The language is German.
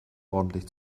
ordentlich